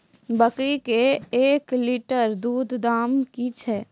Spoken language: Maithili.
बकरी के एक लिटर दूध दाम कि छ?